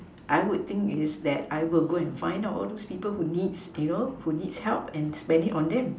I would think it's that I will go and find out all those people need you know who needs help and spend it on them